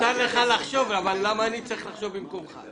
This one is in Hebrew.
מותר לך לחשוב אבל למה אני צריך לחשוב במקומך?